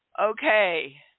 Okay